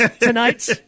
tonight